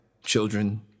children